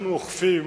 אנחנו אוכפים